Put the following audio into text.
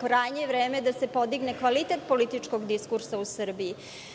Krajnje je vreme da se podigne kvalitet političkog diskursa u Srbiji. Možemo